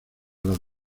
las